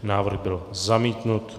Návrh byl zamítnut.